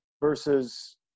Versus